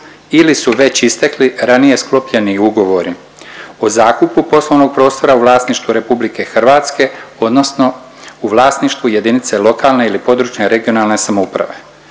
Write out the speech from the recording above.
ili su već istekli ranije sklopljeni ugovori o zakupu poslovnog prostora u vlasništvu RH odnosno u vlasništvu jedinice lokalne ili područne regionalne samouprave